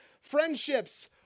friendships